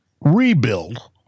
Rebuild